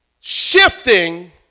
shifting